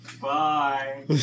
Bye